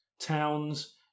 towns